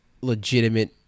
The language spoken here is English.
legitimate